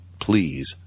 please